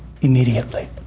immediately